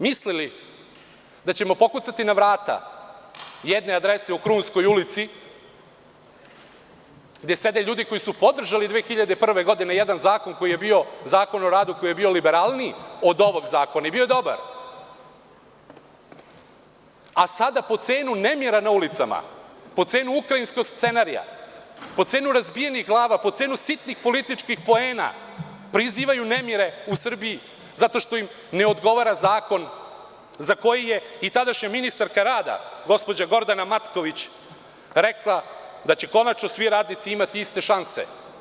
Ako ste mislili da ćemo pokucati na vrata jedne adrese u Krunskoj ulici gde sede ljudi koji su podržali 2001. godine jedan zakon koji je bio Zakon o radu, koji je bio liberalniji od ovog zakona i bio je dobar, a sada po cenu nemira na ulicama, po cenu ukrajinskog scenarija, po cenu razbijenih glava, po cenu sitnih političkih poena prizivaju nemire u Srbiji zato što im ne odgovara zakon za koji je i tadašnja ministarka rada, gospođa Gordana Matković rekla da će konačno svi radnici imati iste šanse.